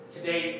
Today